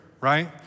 right